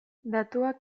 datuak